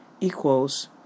Equals